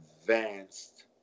advanced